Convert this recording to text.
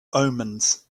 omens